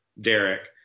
Derek